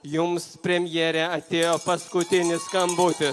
jums premjere atėjo paskutinis skambutis